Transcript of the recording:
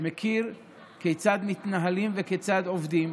שמכיר כיצד מתנהלים וכיצד עובדים,